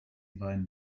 weinen